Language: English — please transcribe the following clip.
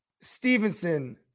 Stevenson